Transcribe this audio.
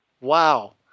Wow